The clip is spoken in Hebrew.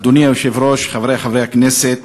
אדוני היושב-ראש, חברי חברי הכנסת,